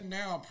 now